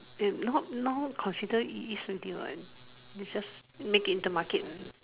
it not now consider it is already what it's just make it into market